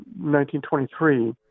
1923